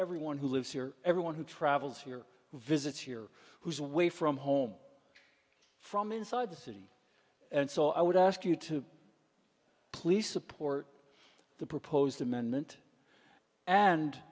everyone who lives here everyone who travels your visits here who's away from home from inside the city and so i would ask you to please support the proposed amendment and